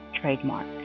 trademark